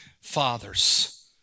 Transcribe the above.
fathers